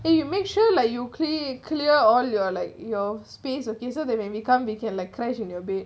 if you make sure like you clear clear all your like your space okay so that when we come they can like crash in your bed